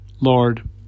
Lord